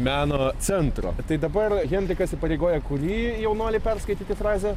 meno centro tai dabar henrikas įpareigoja kurį jaunuolį perskaityti frazę